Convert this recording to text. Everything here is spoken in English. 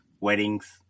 weddings